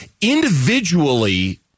Individually